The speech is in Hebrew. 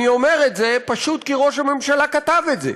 אני אומר את זה פשוט כי ראש הממשלה כתב את זה.